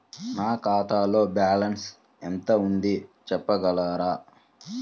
నా ఖాతాలో బ్యాలన్స్ ఎంత ఉంది చెప్పగలరా?